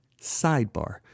Sidebar